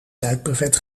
duikbrevet